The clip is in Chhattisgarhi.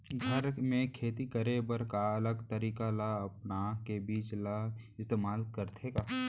घर मे खेती करे बर का अलग तरीका ला अपना के बीज ला इस्तेमाल करथें का?